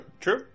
true